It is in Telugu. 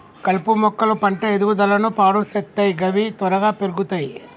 కలుపు మొక్కలు పంట ఎదుగుదలను పాడు సేత్తయ్ గవి త్వరగా పెర్గుతయ్